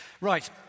Right